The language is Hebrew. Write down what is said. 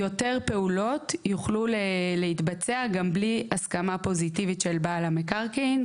יותר פעולות יוכלו להתבצע גם בלי הסכמה פוזיטיבית של בעל המקרקעין.